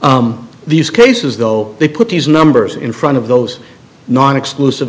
though these cases though they put these numbers in front of those nonexclusive